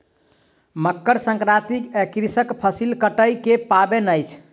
मकर संक्रांति कृषकक फसिल कटै के पाबैन अछि